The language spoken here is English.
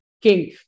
king